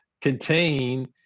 contain